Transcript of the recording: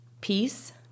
Peace